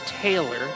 Taylor